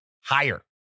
higher